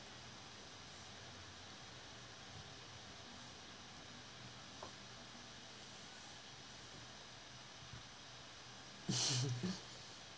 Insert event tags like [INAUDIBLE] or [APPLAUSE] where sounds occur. [LAUGHS]